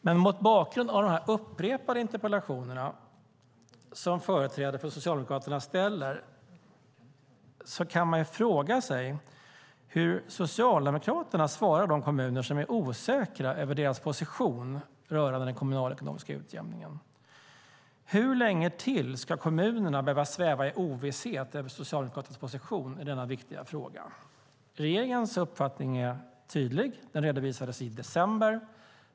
Men mot bakgrund av de upprepade interpellationer som företrädare för Socialdemokraterna ställer kan man fråga sig hur Socialdemokraterna svarar de kommuner som är osäkra på deras position rörande den kommunalekonomiska utjämningen. Hur länge till ska kommunerna behöva sväva i ovisshet om Socialdemokraternas position i denna viktiga fråga? Regeringens uppfattning är tydlig. Den redovisades i december.